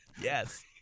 Yes